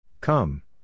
Come